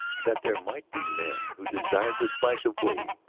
that there might be men who desired the splash of waves,